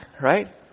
Right